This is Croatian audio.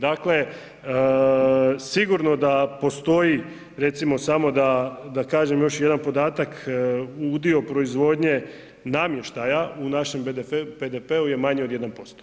Dakle, sigurno da postoji recimo samo da kažem još jedan podatak, udio proizvodnje namještaja u našem BDP-u je manji od 1%